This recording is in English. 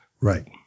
Right